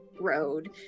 Road